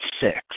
six